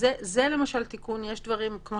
כמו